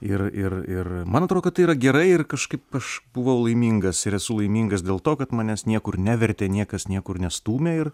ir ir ir man atrodo kad tai yra gerai ir kažkaip aš buvau laimingas ir esu laimingas dėl to kad manęs niekur nevertė niekas niekur nestūmė ir